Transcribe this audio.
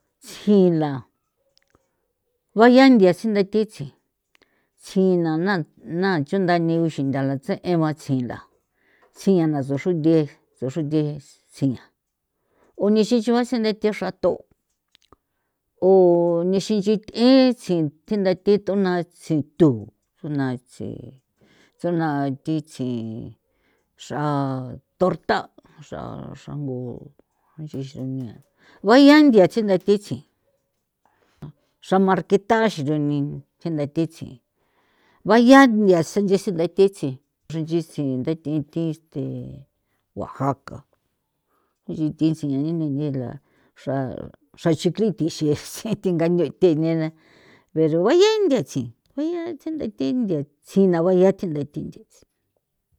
Tsji la baya nthia sinthathi tsji tsji nana na chunda ni uxintha la tse'e gua tsji la tsji'a na so xrunde so xrunde tsjin'a o nixi nchi th'e tsjin tsindathe xratho o nixin nchi th'e tsi thindathe tsjin thu tuna tsi tjsona thitsi xraa torta xra ngu unia baya nthia tji nthia thitsi xra marquita xi ni ru ntha thi tsi baya nthia sinche sintha thitsin xinchixin ntha thi thi este oaxaca inchi thi tsia nini nchila xra xrachuthi tji'i xi thinga nchui thi nena pero guaye nthi tsi guaye tse nthe thi nthia tsi na baya tinthathi nthe tsi.